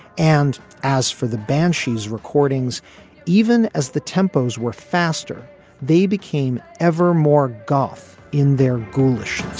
and as for the banshees recordings even as the tempos were faster they became ever more golf in their ghoulish